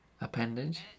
Appendage